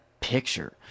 picture